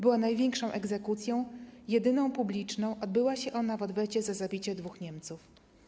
Była to największa egzekucja, jedyna publiczna, odbyła się w odwecie za zabicie dwóch Niemców.